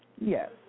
Yes